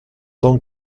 tant